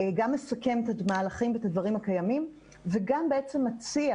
גם מסכם את המהלכים ואת הדברים הקיימים וגם בעצם מציע